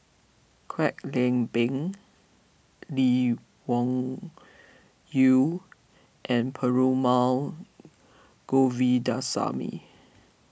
Kwek Leng Beng Lee Wung Yew and Perumal Govindaswamy